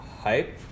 Hype